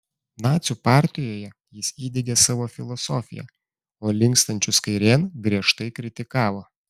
nacių partijoje jis įdiegė savo filosofiją o linkstančius kairėn griežtai kritikavo